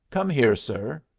come here, sir.